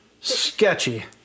Sketchy